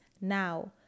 now